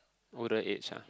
older age ah